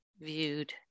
viewed